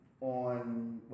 on